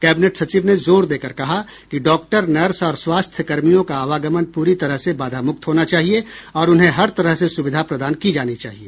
cabinet सचिव ने जोर देकर कहा कि डॉक्टर नर्स और स्वास्थ्य कर्मियों का आवागमन पूरी तरह से बाधा मुक्त होना चाहिए और उन्हें हर तरह से सुविधा प्रदान की जानी चाहिए